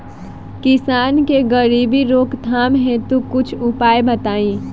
किसान के गरीबी रोकथाम हेतु कुछ उपाय बताई?